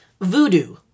Voodoo